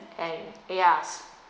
and yes